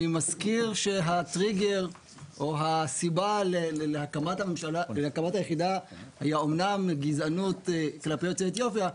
אני מזכיר שהסיבה להקמת היחידה היה אמנם גזענות כלפי יוצאי אתיופיה,